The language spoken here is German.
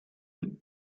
mit